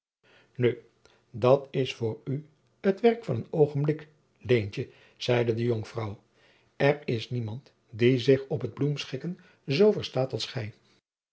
nu dat is voor u het werk van een oogenblik leentje zeide de jonkvrouw er is niemand die zich op het bloemenschikken zoo verstaat als gij